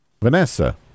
Vanessa